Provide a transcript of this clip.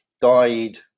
died